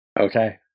Okay